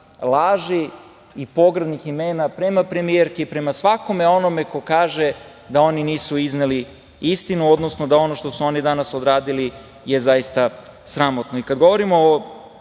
laži i pogrdnih imena prema premijerki, prema svakome onome ko kaže da oni nisu izneli istinu, odnosno da ono što su oni danas odradili je zaista sramotno. Kada govorimo o